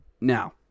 Now